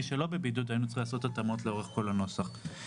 צריכים לעשות התאמות לכל אורך הנוסח.